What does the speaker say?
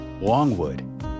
Longwood